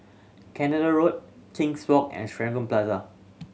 Canada Road King's Walk and Serangoon Plaza